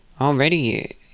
Already